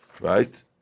right